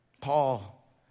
Paul